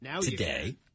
today